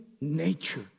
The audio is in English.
nature